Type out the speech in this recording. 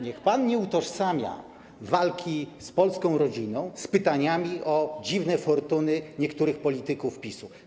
Niech pan nie utożsamia walki z polską rodziną z pytaniami o dziwne fortuny niektórych polityków PiS-u.